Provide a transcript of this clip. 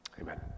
amen